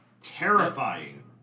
Terrifying